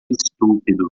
estúpido